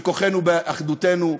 שכוחנו באחדותנו,